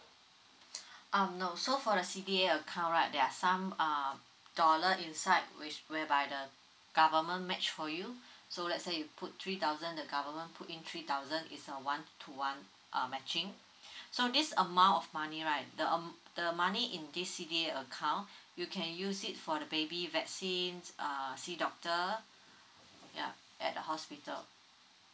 um no so for the C_D_A account right there are some uh dollar inside which whereby the government match for you so let's say you put three thousand the government put in three thousand is a one to one uh matching so this amount of money right the a~ the money in this C_D_A account you can use it for the baby vaccine uh see doctor ya at the hospital